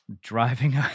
driving